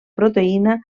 proteïna